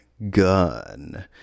gun